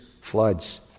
floods